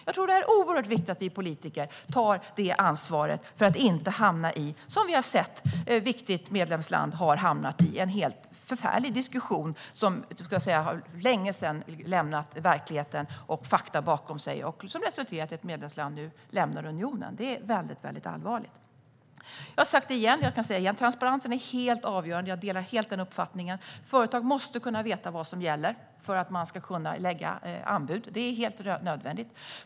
Jag tror att det är viktigt att vi politiker tar ansvar för att vi inte ska hamna i den förfärliga diskussion som vi har sett ett viktigt medlemsland hamna i - en diskussion som för länge sedan har lämnat verklighet och fakta bakom sig och som har resulterat i att medlemslandet nu lämnar unionen. Detta är väldigt allvarligt. Jag har sagt det tidigare och kan säga det igen: Transparensen är helt avgörande. Jag delar den uppfattningen. Företag måste kunna veta vad som gäller för att de ska kunna lägga anbud - det är helt nödvändigt.